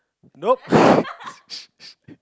nope